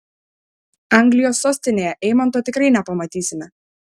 anglijos sostinėje eimanto tikrai nepamatysime